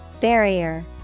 Barrier